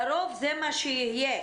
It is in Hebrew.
לרוב זה מה שיהיה.